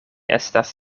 estas